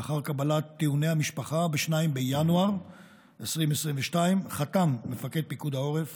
לאחר קבלת טיעוני המשפחה ב-2 בינואר 2022 חתם מפקד פיקוד העורף